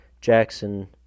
Jackson